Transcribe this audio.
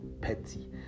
petty